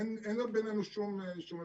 אין בינינו שום הבדל.